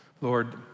Lord